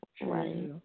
Right